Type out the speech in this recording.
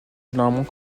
généralement